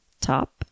top